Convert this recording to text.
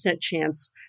chance